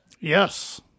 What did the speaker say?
Yes